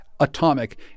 Atomic